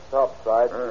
topside